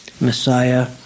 Messiah